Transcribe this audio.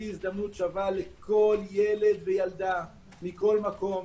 הזדמנות שווה לכל ילד וילדה מכל מקום,